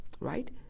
Right